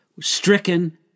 stricken